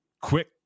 quick